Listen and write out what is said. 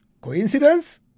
Coincidence